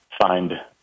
find